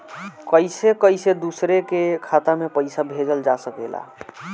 कईसे कईसे दूसरे के खाता में पईसा भेजल जा सकेला?